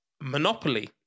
Monopoly